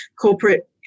corporate